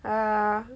err